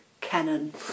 canon